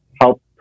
help